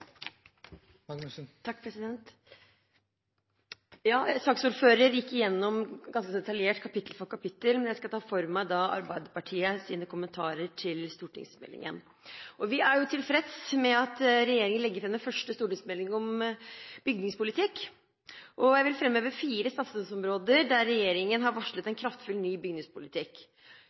gikk igjennom dette ganske detaljert, kapittel for kapittel, men jeg skal ta for meg Arbeiderpartiets kommentarer til stortingsmeldingen. Vi er tilfreds med at regjeringen legger fram den første stortingsmeldingen om bygningspolitikk. Jeg vil framheve fire satsingsområder der regjeringen har varslet en kraftfull ny bygningspolitikk: